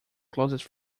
closest